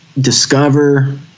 discover